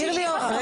שירלי מאיגוד